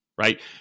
right